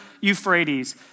Euphrates